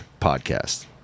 podcast